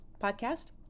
podcast